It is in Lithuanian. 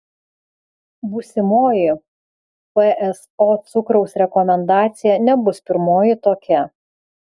būsimoji pso cukraus rekomendacija nebus pirmoji tokia